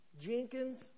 Jenkins